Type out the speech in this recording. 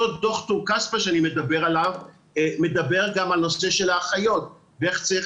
אותו דוח טור-כספא שאני מדבר עליו מדבר גם על הנושא של האחיות ואיך צריך